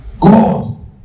God